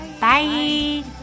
bye